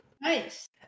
Nice